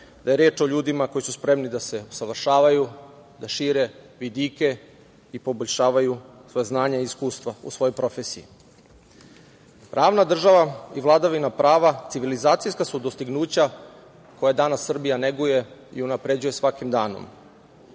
da je reč o ljudima koji su spremni da se usavršavaju, da šire vidike i poboljšavaju svoja znanja i iskustva u svojoj profesiji. Pravna država i vladavina prava civilizacijska su dostignuća koja danas Srbija neguje i unapređuje svakim danom,